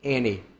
Annie